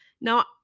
Now